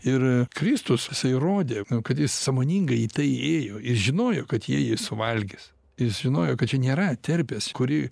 ir kristus jisai rodė kad jis sąmoningai į tai ėjo jis žinojo kad jie jį suvalgys jis žinojo kad čia nėra terpės kuri